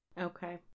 okay